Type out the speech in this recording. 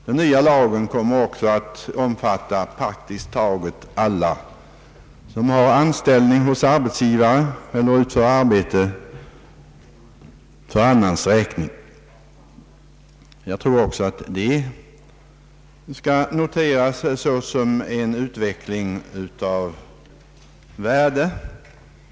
Den nya lagen kommer också att omfatta praktiskt taget alla som har anställning hos arbetsgivare eller utför arbete för annans räkning. Även det bör noteras såsom en utveckling av värde.